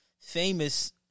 famous